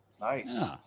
Nice